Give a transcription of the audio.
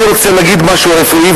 אני רוצה לומר משהו רפואי,